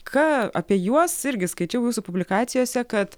ką apie juos irgi skaičiau jūsų publikacijose kad